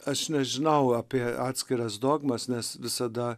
aš nežinau apie atskiras dogmas nes visada